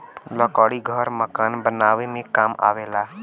लकड़ी घर मकान बनावे में काम आवेला